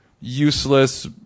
useless